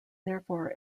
therefore